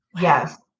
Yes